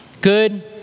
Good